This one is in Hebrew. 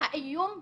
האיום בינינו,